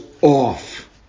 off